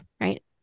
right